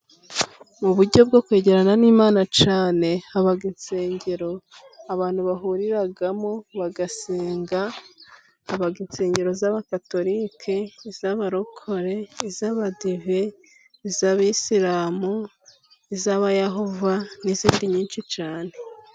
Mu buryo bwo kwegerana n'Imana cyane habaho insengero abantu bahuriramo bagasengaga: Insengero z'abagatolika, iz'abarokore, iz'abadive, iz'abisilamu, iz'abayehova n'izindi nyinshi cyane.